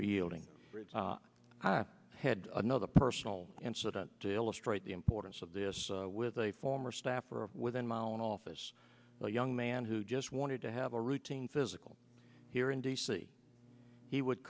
yielding i had another personal incident to illustrate the importance of this with a former staffer within my own office the young man who just wanted to have a routine physical here in d c he would